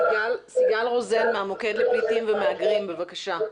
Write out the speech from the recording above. סיגל רוזן מהמוקד לפליטים ומהגרים, בבקשה.